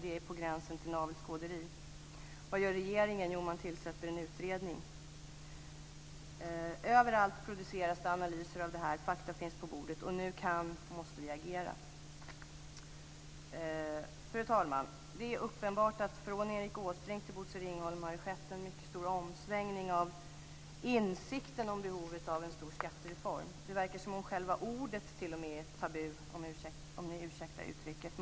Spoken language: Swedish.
Det är på gränsen till navelskåderi. Vad gör regeringen? Jo, man tillsätter en utredning. Överallt produceras analyser av det här. Fakta finns på bordet. Nu kan och måste vi agera. Fru talman! Det är uppenbart att från Erik Åsbrink till Bosse Ringholm har det skett en mycket stor omsvängning av insikten om behovet av en stor skattereform. Det verkar som om själva ordet t.o.m. är tabu, om ni ursäktar uttrycket.